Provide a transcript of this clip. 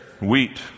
wheat